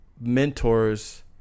mentors